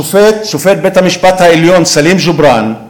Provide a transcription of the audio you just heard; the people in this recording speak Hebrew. שופט בית-המשפט העליון סלים ג'ובראן,